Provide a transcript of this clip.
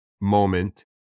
moment